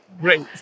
Great